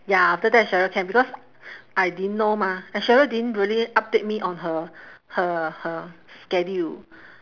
ya after that sheryl can because I didn't know mah and sheryl didn't really update me on her her her schedule